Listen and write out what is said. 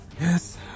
Yes